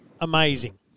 amazing